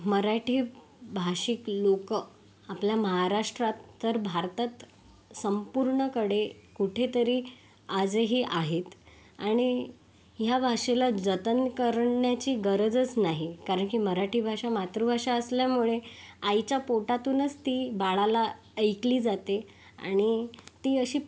मराठीभाषिक लोक आपला महाराष्ट्रात तर भारतात संपूर्णकडे कुठे तर आजही आहेत आणि या भाषेला जतन करण्याची गरजच नाही कारण मराठी भाषा मातृभाषा असल्यामुळे आईचा पोटातूनच ती बाळाला ऐकली जाते आणि ती अशी